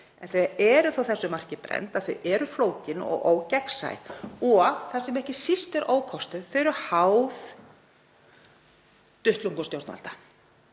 en þau eru þó því marki brennd að vera flókin og ógagnsæ og, það sem ekki síst er ókostur, háð duttlungum stjórnvalda.